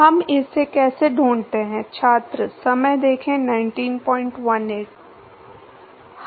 हम इसे कैसे ढूंढते हैं